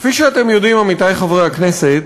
כפי שאתם יודעים, עמיתי חברי הכנסת,